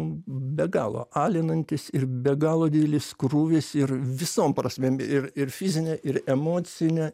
be galo alinantis ir be galo didelis krūvis ir visom prasmėm ir ir fizine ir emocine